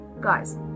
guys